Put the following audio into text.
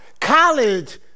college